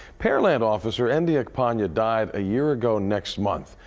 pearland officer endy ekpanya died a year ago next month.